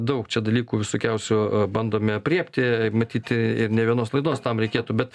daug čia dalykų visokiausių bandome aprėpti matyt ir ne vienos laidos tam reikėtų bet